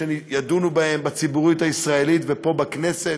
שידונו בהם בציבוריות הישראלית ופה בכנסת.